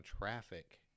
traffic